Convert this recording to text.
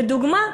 לדוגמה,